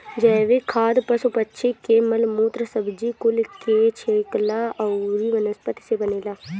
जैविक खाद पशु पक्षी के मल मूत्र, सब्जी कुल के छिलका अउरी वनस्पति से बनेला